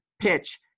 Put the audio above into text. PITCH